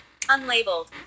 unlabeled